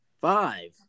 five